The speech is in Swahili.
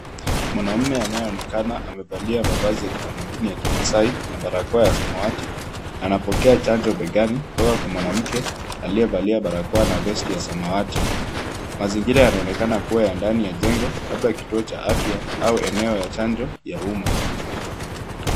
Mwanamume anayeonekana amevalia mavazi ya kitamaduni ya kimaasai na barakoa ya samawati, anapokea chanjo begani kutoka kwa mwanamke aliyevalia barakoa na vesti ya samawati. Mazingira yanaonekana kuwa ya ndani ya jengo, labda kituo cha afya au eneo ya chanjo ya umma.